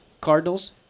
Cardinals